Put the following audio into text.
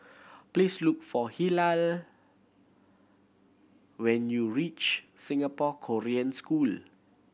please look for Hilah when you reach Singapore Korean School